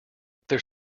there